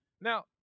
Now